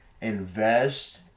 invest